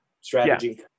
strategy